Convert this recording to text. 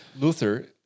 Luther